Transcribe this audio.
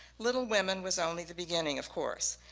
little women was only the beginning of course.